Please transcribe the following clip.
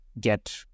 get